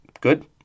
Good